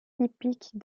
hippiques